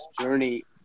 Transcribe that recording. journey